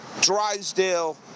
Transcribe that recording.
Drysdale